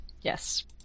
Yes